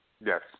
Yes